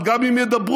אבל גם אם ידברו,